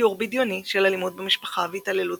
תיאור בדיוני של אלימות במשפחה והתעללות